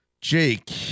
Jake